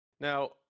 Now